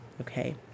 okay